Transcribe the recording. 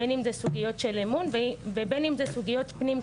בין אם זה סוגיות של אמון ובין אם זה סוגיות פנים-קהילתיות